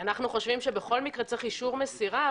אנו חושבים שבכל מקרה צריך אישור מסירה,